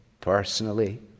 personally